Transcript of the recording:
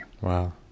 Wow